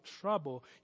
trouble